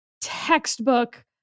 textbook